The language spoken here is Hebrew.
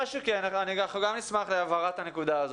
אני מבקשת , אם יש מקרה ספציפי,